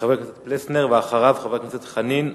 חבר הכנסת פלסנר, אחריו, חבר הכנסת חנין,